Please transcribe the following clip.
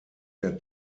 der